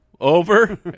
over